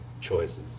choices